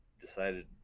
decided